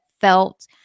felt